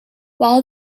while